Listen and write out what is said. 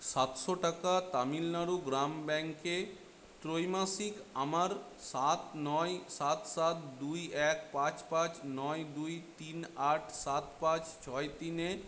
সাতশো টাকা তামিলনাড়ু গ্রাম ব্যাঙ্কে ত্রৈমাসিক আমার সাত নয় সাত সাত দুই এক পাঁচ পাঁচ নয় দুই তিন আট সাত পাঁচ ছয় তিনে